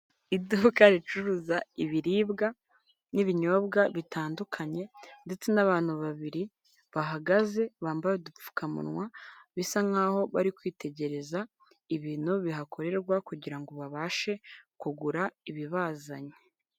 Iduka ricuruza ibiribwa n'ibinyobwa bitandukanye ndetse n'abantu babiri bahagaze; bambaye udupfukamunwa. Bisa nk'aho bari kwitegereza ibintu bihakorerwa, kugira ngo babashe kugura ibibazanye.